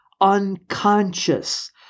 unconscious